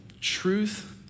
truth